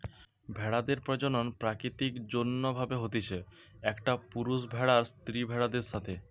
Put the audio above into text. ভেড়াদের প্রজনন প্রাকৃতিক যৌন্য ভাবে হতিছে, একটা পুরুষ ভেড়ার স্ত্রী ভেড়াদের সাথে